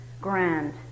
grand